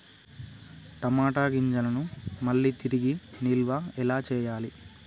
టమాట గింజలను మళ్ళీ తిరిగి నిల్వ ఎలా చేయాలి?